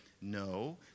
no